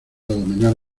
dominar